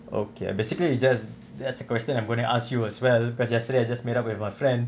okay ah basically you just that's the question I'm going to ask you as well cause yesterday I just met up with my friend